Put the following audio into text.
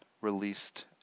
released